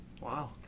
Wow